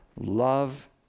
love